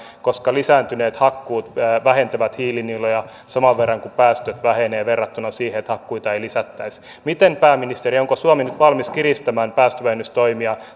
koska lisääntyneet hakkuut vähentävät hiilinieluja saman verran kuin päästöt vähenevät verrattuna siihen että hakkuita ei lisättäisi miten on pääministeri onko suomi nyt valmis kiristämään päästövähennystoimia